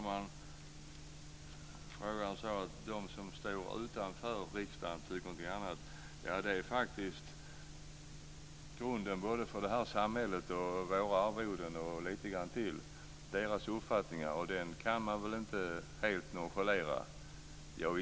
Herr talman! Det sades att de som står utanför riksdagen tycker någonting annat. Deras uppfattningar är faktiskt grunden för detta samhälle, våra arvoden och lite till. Detta kan man väl inte helt nonchalera?